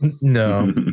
no